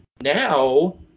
Now